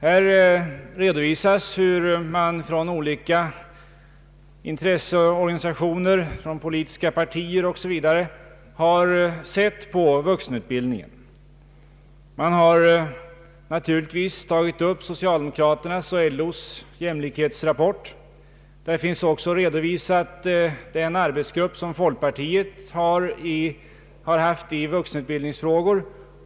I propositionen redovisas hur olika intresseorganisationer, politiska partier o.s.v., har sett på vuxenutbildningen. Man har tagit upp socialdemokraternas och LO:s jämlikhetsrapport. Där finns också en redovisning av förslagen från en arbetsgrupp som folkpartiet har tillsatt i vuxenutbildningsfrågor.